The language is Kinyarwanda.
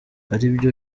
aribyo